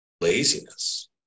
laziness